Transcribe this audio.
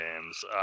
games